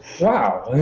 wow,